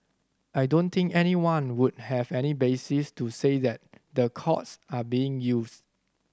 I don't think anyone would have any basis to say that the courts are being used